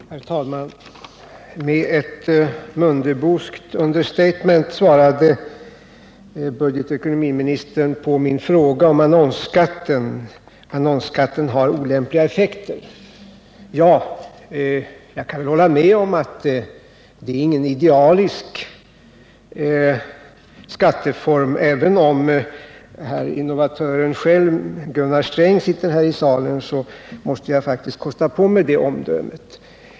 Herr talman! Med ett Mundeboskt understatement svarar budgetoch ekonomiministern på min fråga om annonsskatten. Herr Mundebo sade att annonsskatten har olämpliga effekter. Ja, jag kan hålla med om att det inte är någon idealisk skatteform. Även om herr innovatören själv, Gunnar Sträng, sitter i kammaren, måste jag faktiskt kosta på mig det omdömet.